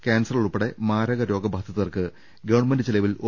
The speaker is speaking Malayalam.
ക്യാൻസർ ഉൾപ്പെടെ മാരകരോഗബാധിതർക്ക് ഗവൺമെന്റ് ചെലവിൽ ഒ